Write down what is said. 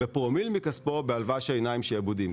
ופרומיל מכספו בהלוואה שאינה עם שעבודים.